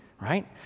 right